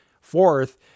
Fourth